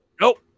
Nope